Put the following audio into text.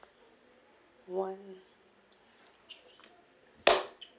one two three